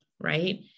right